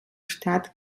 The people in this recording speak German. stadt